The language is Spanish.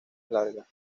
larga